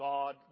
God